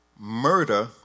Murder